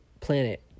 planet